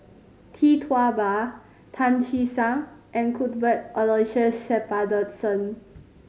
Tee Tua Ba Tan Che Sang and Cuthbert Aloysius Shepherdson